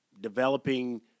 developing –